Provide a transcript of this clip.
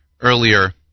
earlier